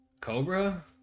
Cobra